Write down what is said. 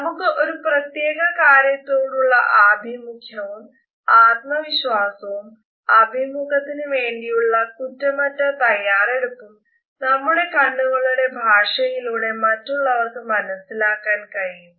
നമുക്ക് ഒരു പ്രത്യേക കാര്യത്തോടുള്ള ആഭിമുഖ്യവും ആത്മവിശ്വാസവും അഭിമുഖത്തിന് വേണ്ടിയുള്ള കുറ്റമറ്റ തയ്യാറെടുപ്പും നമ്മുടെ കണ്ണുകളുടെ ഭാഷയിലൂടെ മറ്റുള്ളവർക് മനസിലാക്കാൻ കഴിയും